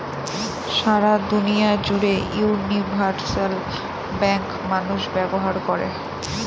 সারা দুনিয়া জুড়ে universal bank মানুষ ব্যবহার করে